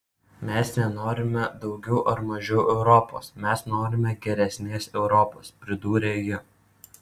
mes nenorime daugiau ar mažiau europos mes norime geresnės europos pridūrė ji